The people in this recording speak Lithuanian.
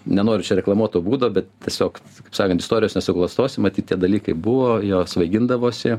nenoriu čia reklamuot to būdo bet tiesiog sakant istorijos nesuklastosi matyt tie dalykai buvo jo svaigindavosi